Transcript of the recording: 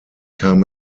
kam